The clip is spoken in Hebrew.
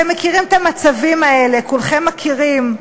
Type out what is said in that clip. אתם מכירים את המצבים האלה, כולכם מכירים,